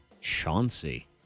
Chauncey